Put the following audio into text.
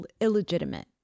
illegitimate